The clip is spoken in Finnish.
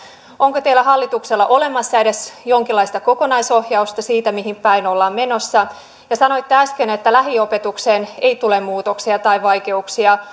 onko teillä hallituksella olemassa edes jonkinlaista kokonaisohjausta siitä mihin päin ollaan menossa ja sanoitte äsken että lähiopetukseen ei tule muutoksia tai vaikeuksia